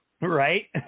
Right